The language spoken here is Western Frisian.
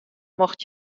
mocht